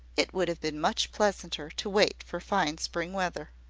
it would have been much pleasanter to wait for fine spring weather.